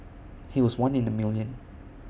he was one in A million